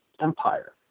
empire